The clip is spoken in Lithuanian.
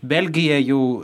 belgija jau